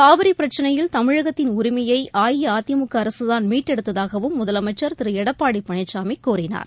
காவிரிபிரச்சினையில் தமிழகத்தின் உரிமயைஅஇஅதிமுகஅரசுதான் மீட்டெடுத்தாகவும் முதலமைச்சர் திருளப்பாடிபழனிசாமிகஹினார்